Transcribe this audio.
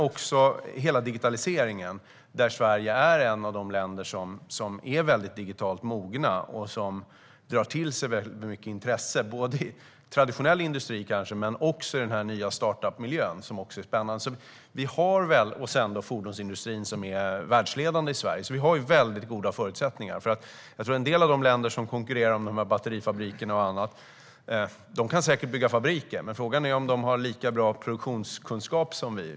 Också hela digitaliseringen är viktig. Där är Sverige ett av de länder som är mest digitalt mogna och därmed drar till mycket intresse. Det handlar både om traditionell industri och om den nya startup-miljön, som också är spännande. Sedan har vi fordonsindustrin, som är världsledande i Sverige. Vi har alltså väldigt goda förutsättningar. Jag tror att en del av de länder som nu konkurrerar om batterifabriker och annat säkert kan bygga fabriker, men frågan är om de har lika bra produktionskunskap som vi.